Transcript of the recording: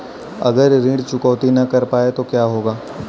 अगर ऋण चुकौती न कर पाए तो क्या होगा?